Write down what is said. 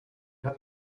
had